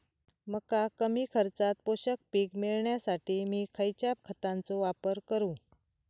मका कमी खर्चात पोषक पीक मिळण्यासाठी मी खैयच्या खतांचो वापर करू?